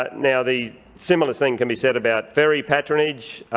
but now, the similar thing can be said about ferry patronage.